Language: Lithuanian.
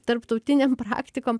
tarptautinėm praktikom